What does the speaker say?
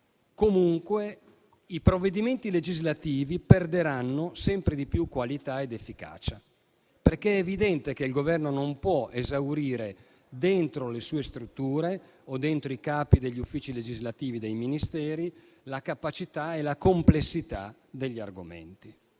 comunque i provvedimenti legislativi perderanno sempre di più qualità ed efficacia. È evidente, infatti, che il Governo non può esaurire dentro le sue strutture o per mano dei capi degli uffici legislativi dei Ministeri la capacità e la complessità degli argomenti.